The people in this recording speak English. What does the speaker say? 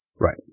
Right